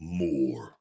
more